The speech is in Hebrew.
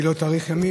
שהיא לא תאריך ימים,